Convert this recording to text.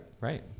Right